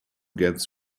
gets